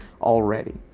already